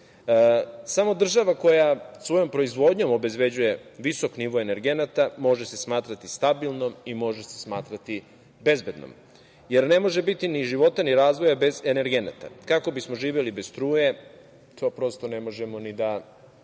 država koja svojom proizvodnjom obezbeđuje visok nivo energenata može se smatrati stabilnom i može se smatrati bezbednom, jer ne može biti ni života ni razvoja bez energenata. Kako bismo živeli bez struje, to prosto ne možemo ni da